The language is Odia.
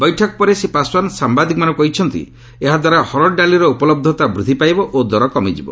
ବୈଠକ ପରେ ଶ୍ରୀ ପାଶ୍ୱାନ୍ ସାମ୍ବାଦିକମାନଙ୍କୁ କହିଛନ୍ତି ଏହାଦ୍ୱାରା ହରଡ଼ ଡାଲିର ଉପଲହ୍ଧତା ବୃଦ୍ଧି ପାଇବ ଓ ଦର କମିଯିବ